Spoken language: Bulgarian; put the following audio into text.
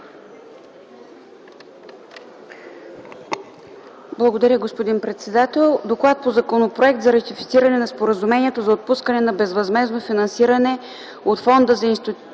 Благодаря, господин председател. „ДОКЛАД по Законопроект за ратифициране на Споразумението за отпускане на безвъзмездно финансиране от Фонда за институционално